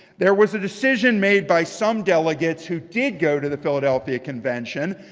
there was a decision made by some delegates who did go to the philadelphia convention,